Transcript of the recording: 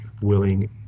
willing